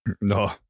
No